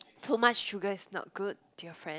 too much sugar is not good dear friend